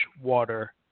water